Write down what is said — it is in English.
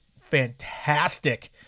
fantastic